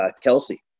Kelsey